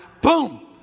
Boom